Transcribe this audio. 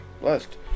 blessed